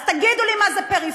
אז תגידו לי מה זה פריפריה.